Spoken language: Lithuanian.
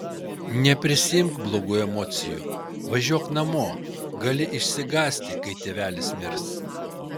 neprisiimk blogų emocijų važiuok namo gali išsigąsti kai tėvelis mirs